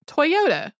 Toyota